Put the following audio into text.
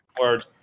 Word